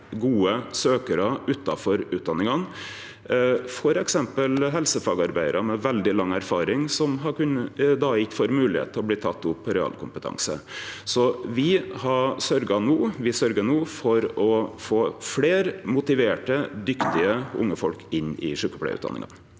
gode søkjarar utanfor utdanningane, f.eks. helsefagarbeidarar med veldig lang erfaring som då ikkje får moglegheita til å bli tekne opp på realkompetanse. Så me sørgjer no for å få fleire motiverte, dyktige unge folk inn i sjukepleiarutdanningane.